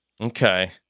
Okay